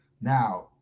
now